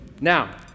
Now